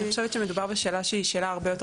אני חושבת שמדובר בשאלה שהיא שאלה הרבה יותר